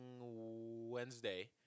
Wednesday